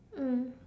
mm